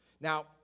Now